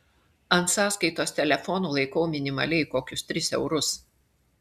ant sąskaitos telefono laikau minimaliai kokius tris eurus